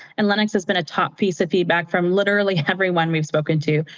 and linux has been a top piece of feedback from literally everyone we've spoken to.